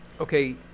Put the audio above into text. okay